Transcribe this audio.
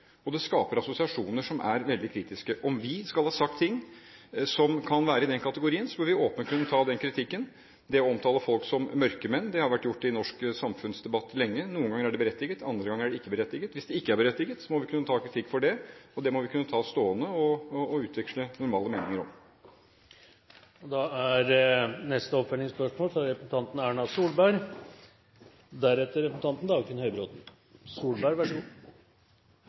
og det skaper assosiasjoner som er veldig kritiske. Om vi skal ha sagt ting som kan være i den kategorien, bør vi åpent kunne ta den kritikken. Det å omtale folk som mørkemenn har vært gjort i norsk samfunnsdebatt lenge. Noen ganger er det berettiget, andre ganger er det ikke berettiget. Hvis det ikke er berettiget, må vi kunne ta kritikk for det. Det må vi kunne ta stående og utveksle normale meninger om. Erna Solberg – til oppfølgingsspørsmål.